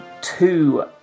two